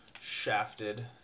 shafted